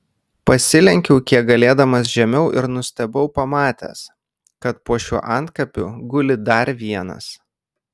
pasilenkiau kiek galėdamas žemiau ir nustebau pamatęs kad po šiuo antkapiu guli dar vienas